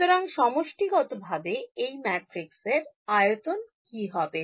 সুতরাং সমষ্টিগত ভাবে এই ম্যাট্রিক্সের আয়তন কি হবে